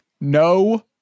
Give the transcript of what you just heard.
No